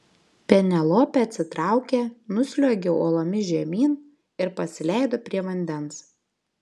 penelopė atsitraukė nusliuogė uolomis žemyn ir pasileido prie vandens